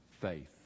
faith